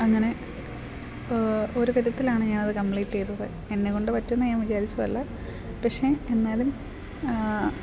അങ്ങനെ ഒരു വിധത്തിലാണ് ഞാനത് കപ്ലീറ്റ് ചെയ്തത് എന്നെ കൊണ്ട് പറ്റും എന്ന് ഞാൻ വിചാരിച്ചതല്ല പക്ഷേ എന്നാലും